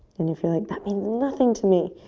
and you feel like, that means nothing to me.